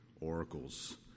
oracles